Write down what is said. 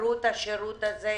יעברו את השירות הזה?